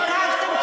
ביקשתם,